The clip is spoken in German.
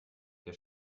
der